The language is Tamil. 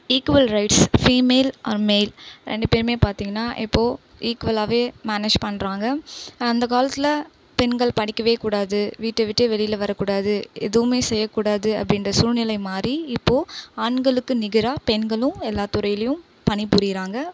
equal rights female and male ரெண்டு பேருமே பார்த்திங்கன்னா இப்போது ஈக்குவலாகவே மேனேஜ் பண்ணுறாங்க அந்த காலத்தில் பெண்கள் படிக்கவே கூடாது வீட்டை விட்டு வெளியில வரக்கூடாது எதுவுமே செய்யக்கூடாது அப்படின்ற சூழ்நிலை மாறி இப்போ ஆண்களுக்கு நிகராக பெண்களும் எல்லா துறையிலையும் பணிபுரியிறாங்கள்